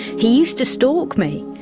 he used to stalk me.